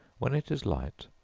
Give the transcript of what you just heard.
when it is light,